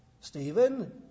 Stephen